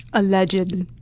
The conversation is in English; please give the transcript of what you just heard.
alleged,